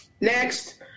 next